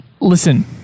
Listen